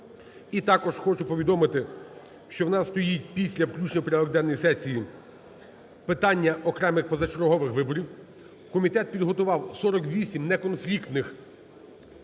І також хочу повідомити, що в нас стоїть після включення в порядок денний сесії питання окремих позачергових виборів. Комітет підготував 48 неконфліктних